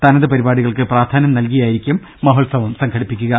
തനത് പരിപാടികൾക്ക് പ്രാധാന്യം നൽകിയായിരിക്കും മഹോത്സവം സംഘടിപ്പിക്കുക